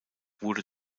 wurde